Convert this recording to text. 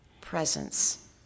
presence